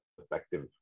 effective